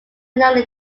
narrowly